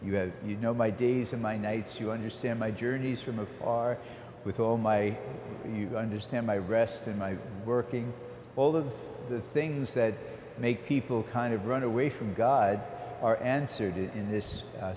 you have you know my days and my nights you understand my journeys from afar with all my you understand my rest in my working all of the things that make people kind of run away from god are answered in this